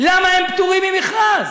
למה הם פטורים ממכרז?